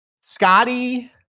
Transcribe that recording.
Scotty